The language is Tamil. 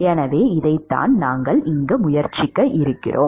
எனவே இதைத்தான் நாங்கள் முயற்சிப்போம்